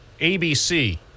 ABC